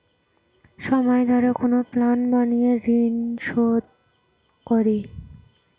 সময় ধরে কোনো প্ল্যান বানিয়ে ঋন শুধ করি